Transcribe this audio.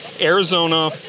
Arizona